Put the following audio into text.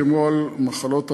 כמו למחלות אחרות,